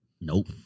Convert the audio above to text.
Nope